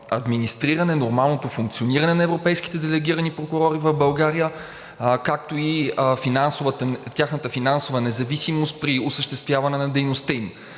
администриране, нормалното функциониране на европейските делегирани прокурори в България, както и тяхната финансова независимост при осъществяване на дейността им.